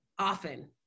often